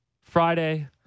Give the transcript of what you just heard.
Friday